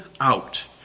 out